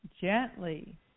gently